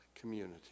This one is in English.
community